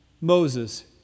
Moses